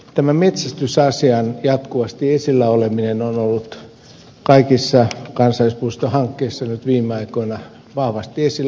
tämä metsästysasian jatkuva esillä oleminen on ollut kaikissa kansallispuistohankkeissa viime aikoina vahvasti esillä